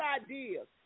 ideas